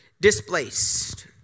Displaced